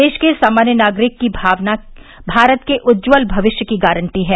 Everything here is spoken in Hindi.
देश के सामान्य नागरिक की भावना भारत के उज्जवल भविष्य की गारंटी हैं